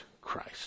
Christ